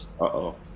Uh-oh